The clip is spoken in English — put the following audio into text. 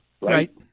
Right